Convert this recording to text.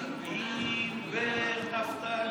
מי זה?